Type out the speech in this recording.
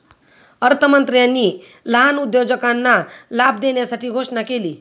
अर्थमंत्र्यांनी लहान उद्योजकांना लाभ देण्यासाठी घोषणा केली